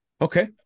Okay